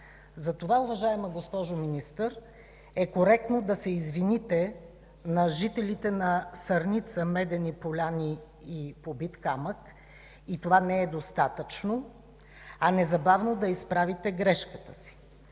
Затова, уважаема госпожо Министър, е коректно не само да се извините на жителите на Сърница, Медени поляни и Побит камък, и това не е достатъчно, а незабавно да изправите и грешката си.